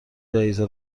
جایزه